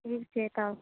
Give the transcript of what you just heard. ठीक छै तब